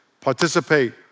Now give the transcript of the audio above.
Participate